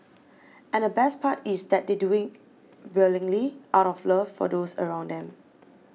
and the best part is that they do it willingly out of love for those around them